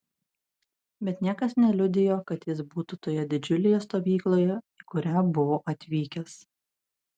bet niekas neliudijo kad jis būtų toje didžiulėje stovykloje į kurią buvo atvykęs